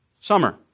summer